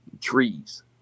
trees